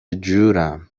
جورم